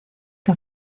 que